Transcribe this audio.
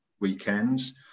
weekends